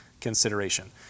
consideration